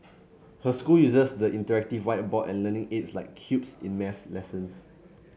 her school uses the interactive whiteboard and learning aids like cubes in maths lessons